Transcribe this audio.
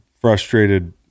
frustrated